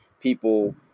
people